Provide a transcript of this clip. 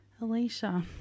Alicia